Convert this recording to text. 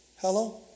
Hello